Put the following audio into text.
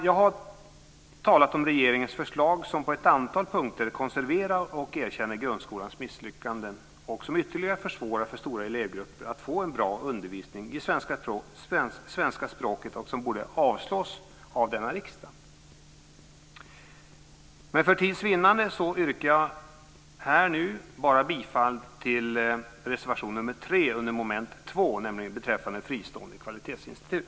Jag har talat om regeringens förslag som på ett antal punkter konserverar och erkänner grundskolans misslyckanden och som ytterligare försvårar för stora elevgrupper att få en bra undervisning i svenska språket och som borde avslås av denna riksdag. Men för tids vinnande yrkar jag nu bifall bara till reservation 3 under mom. 2, nämligen beträffande ett fristående kvalitetsinstitut.